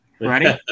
Ready